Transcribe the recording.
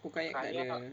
oh kayak takde